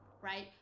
right